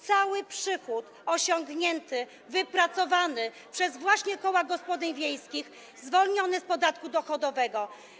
Cały przychód osiągnięty, wypracowany przez koła gospodyń wiejskich zwolniony jest z podatku dochodowego.